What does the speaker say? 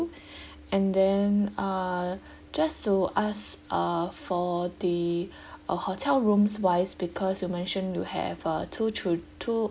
and then uh just to ask uh for the uh hotel rooms wise because you mentioned you have uh two chil~ two